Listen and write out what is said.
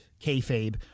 kayfabe